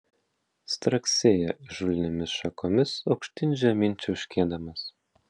straksėjo įžulniomis šakomis aukštyn žemyn čiauškėdamas